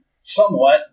Somewhat